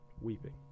weeping